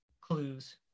clues